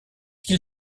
qu’il